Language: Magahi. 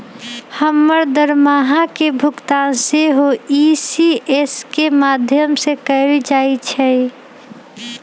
हमर दरमाहा के भुगतान सेहो इ.सी.एस के माध्यमें से कएल जाइ छइ